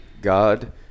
God